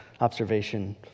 observation